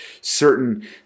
certain